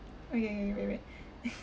okay K wait wait